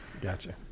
gotcha